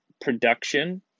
production